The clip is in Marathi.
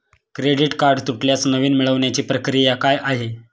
क्रेडिट कार्ड तुटल्यास नवीन मिळवण्याची प्रक्रिया काय आहे?